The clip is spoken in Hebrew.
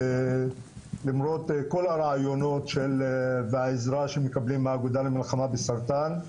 למרות כל הרעיונות והעזרה שמקבלים מהאגודה למלחמה בסרטן,